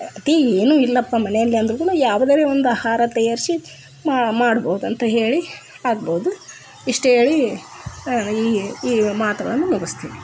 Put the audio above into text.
ಅತೀ ಏನು ಇಲ್ಲಪ್ಪ ಮನೆಯಲ್ಲಿ ಅಂದಾಗುನೂ ಯಾವುದರೆ ಒಂದು ಆಹಾರ ತಯಾರಿಸಿ ಮಾಡ್ಬೋದು ಅಂತ ಹೇಳಿ ಆಗ್ಬೋದು ಇಷ್ಟು ಹೇಳಿ ಈ ಈ ಮಾತುಗಳನ್ನು ಮುಗಿಸ್ತೀನಿ